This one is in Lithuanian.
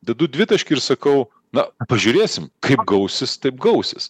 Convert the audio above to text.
dedu dvitaškį ir sakau na pažiūrėsim kaip gausis taip gausis